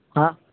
ہاں